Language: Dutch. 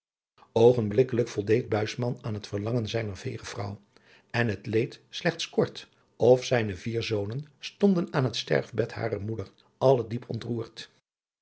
oogenblikkelijk voldeed buisman aan het verlangen zijner veege vrouw en het leed slechts kort of zijne vier zonen stonden aan het sterfbed harer moeder alle diep ontroerd